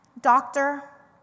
doctor